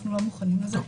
אנחנו לא מוכנים לזה.